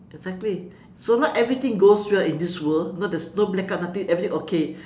exactly so not everything goes right in this world you know there's no blackout nothing everything okay